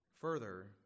Further